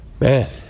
Man